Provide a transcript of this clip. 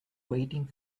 waiting